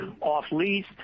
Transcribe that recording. off-lease